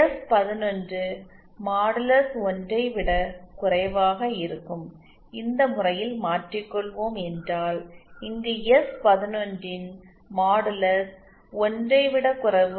எஸ்11 modulus 1 ஐ விடக் குறைவாக இருக்கும் இந்த முறையில் மாற்றி கொள்வோம் என்றால் இங்கு எஸ்11 ன் மாடுலஸ் 1ஐ விட குறைவு